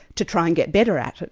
to try and get better at it,